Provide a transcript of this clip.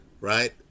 right